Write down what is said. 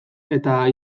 eta